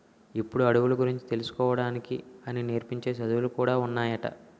ఇప్పుడు అడవుల గురించి తెలుసుకోడానికి అన్నీ నేర్పించే చదువులు కూడా ఉన్నాయట